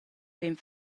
vegn